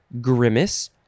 grimace